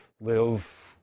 live